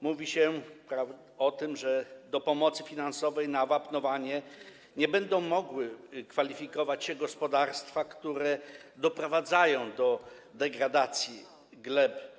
Mówi się o tym, że do pomocy finansowej na wapnowanie nie będą mogły kwalifikować się gospodarstwa, które doprowadzają do degradacji gleb.